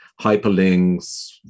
hyperlinks